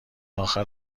آخر